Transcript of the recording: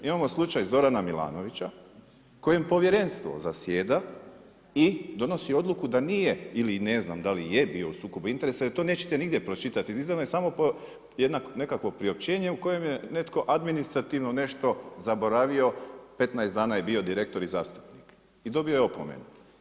Imamo slučaj Zorana Milanovića, kojem povjerenstvo zasjeda i donosi odluku da nije, ili ne znam, da li je bio u sukobu interesa, jer to nećete nigdje pročitati, izdana je samo nekakvo priopćenje u kojem je netko administrativno nešto zaboravio, 15 dana je bio direktor i zastupnik i dobio je opomenu.